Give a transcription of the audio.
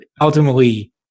ultimately